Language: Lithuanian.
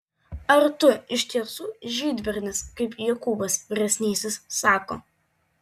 ar tu iš tiesų žydbernis kaip jokūbas vyresnysis sako